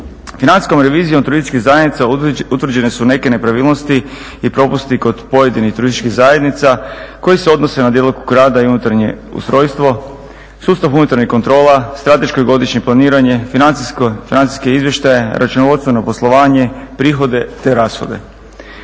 Financijskom revizijom turističkih zajednica utvrđene su neke nepravilnosti i propusti kod pojedinih turističkih zajednica koji se odnose na djelokrug rada i unutarnje ustrojstvo, sustav unutarnjih kontrola, strateško godišnje planiranje, financijske izvještaje, računovodstveno poslovanje, prihode te rashode.